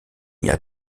ihr